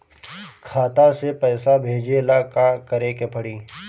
खाता से पैसा भेजे ला का करे के पड़ी?